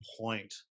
point